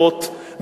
הקצבות,